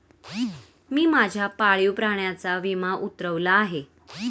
मी माझ्या पाळीव प्राण्याचा विमा उतरवला आहे